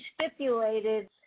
stipulated